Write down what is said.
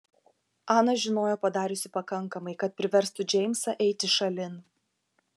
ana žinojo padariusi pakankamai kad priverstų džeimsą eiti šalin